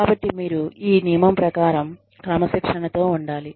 కాబట్టి మీరు ఈ నియమం ప్రకారం క్రమశిక్షణతో ఉండాలి